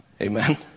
Amen